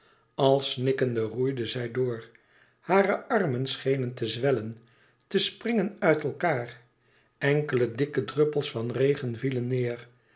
al snikkende roeide zij door hare armen schenen te zwellen te springen uit elkaâr enkele dikke druppels van regen vielen neêr